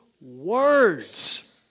words